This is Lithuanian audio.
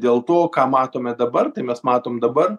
ne dėl to ką matome dabar tai mes matom dabar